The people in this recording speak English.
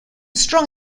strong